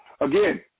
again